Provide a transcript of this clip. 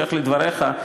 בהמשך לדבריך,